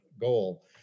goal